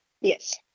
Yes